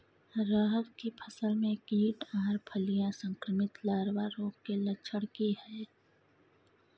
रहर की फसल मे कीट आर फलियां संक्रमित लार्वा रोग के लक्षण की हय?